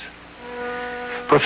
Professor